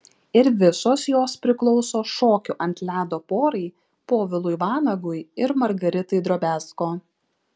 ir visos jos priklauso šokių ant ledo porai povilui vanagui ir margaritai drobiazko